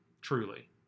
truly